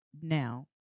now